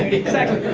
exactly.